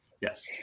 Yes